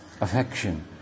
Affection